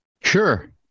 Sure